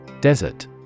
Desert